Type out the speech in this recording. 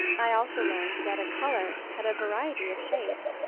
i also learned that a color had a variety of shades,